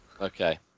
Okay